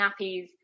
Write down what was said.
nappies